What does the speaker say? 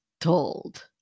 told